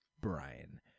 Brian